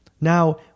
Now